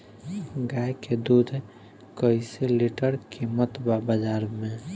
गाय के दूध कइसे लीटर कीमत बा बाज़ार मे?